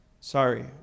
Sorry